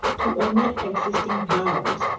to omit existing powers,